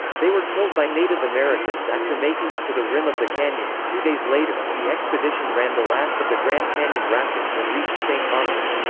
they were killed by native americans after making it to the rim of the canyon two days later, the expedition ran the last of the grand canyon rapids and reached st. thomas.